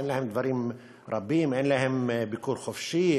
אין להם ביקור חופשי,